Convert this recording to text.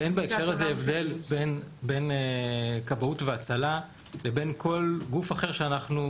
שאין בהקשר הזה הבדל בין כבאות והצלה לבין כל גוף אחר שאנחנו